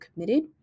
committed